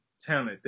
talent